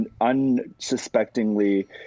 unsuspectingly